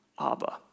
Abba